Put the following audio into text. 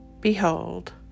Behold